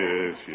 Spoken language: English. Yes